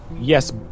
Yes